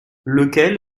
lequel